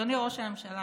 אדוני ראש הממשלה,